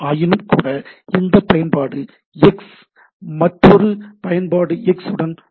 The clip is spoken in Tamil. ஆயினும்கூட இந்த பயன்பாடு எக்ஸ் மற்றொரு பயன்பாடு எக்ஸ் உடன் தொடர்பு கொள்கிறது